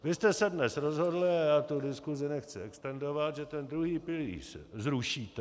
Vy jste se dnes rozhodli, a já tu diskusi nechci extendovat, že ten druhý pilíř zrušíte.